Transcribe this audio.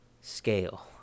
scale